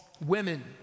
women